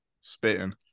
Spitting